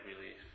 relief